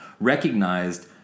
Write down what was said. recognized